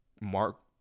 mark